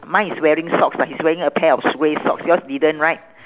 mine is wearing socks but he's wearing a pair of grey socks yours didn't right